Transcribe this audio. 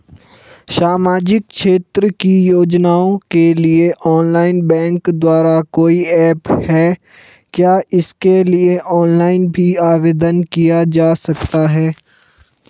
सामाजिक क्षेत्र की योजनाओं के लिए ऑनलाइन बैंक द्वारा कोई ऐप है क्या इसके लिए ऑनलाइन भी आवेदन किया जा सकता है?